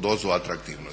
dozu atraktivnosti